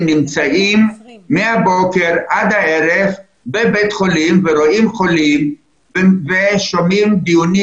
נמצאים מהבוקר עד הערב בבית החולים ורואים חולים ושומעים דיונים